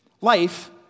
life